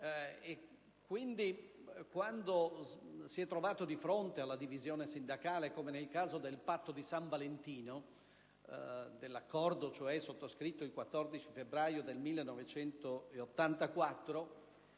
Quindi, quando si è trovato di fronte alla divisione sindacale, come nel caso del patto di San Valentino, cioè dell'accordo sottoscritto il 14 febbraio 1984,